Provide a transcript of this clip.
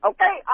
Okay